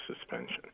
suspension